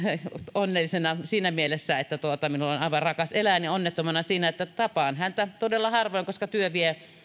onnellisena siinä mielessä että minulla on aivan rakas eläin ja onnettomana siinä että tapaan häntä todella harvoin koska työ vie